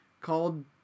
called